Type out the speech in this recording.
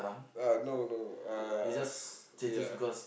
ya no no uh ya